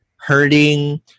hurting